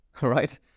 right